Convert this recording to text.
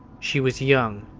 she was young,